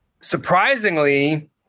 Surprisingly